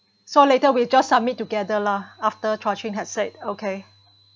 so later we just submit together lah after Chua Chin had said okay